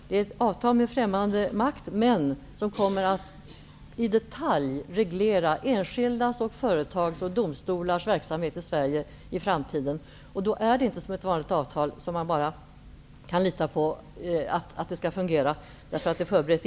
Det är ett avtal med främmande makt, men det kommer att i detalj reglera enskildas, företags och domstolars verksamhet i Sverige i framtiden. Det är inte som ett vanligt avtal, som man kan lita på fungerar därför att det är förberett.